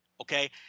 Okay